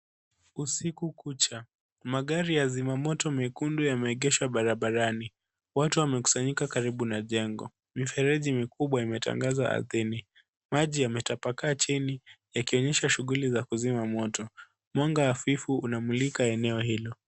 Usiku kucha, magari ya zima moto mekundu yameegeshwa barabarani. Watu wamekusanyika karibu na jengo. Mfereji mkubwa umetandazwa ardhini. Maji yametapakaa chini yakionyesha shughuli za kuzima moto. Mwanga hafifu unamulika eneo hilo.